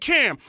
Cam